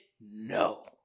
no